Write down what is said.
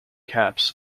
caps